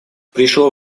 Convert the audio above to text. пришло